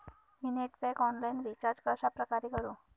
मी net pack online recharge कशाप्रकारे करु?